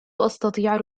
أستطيع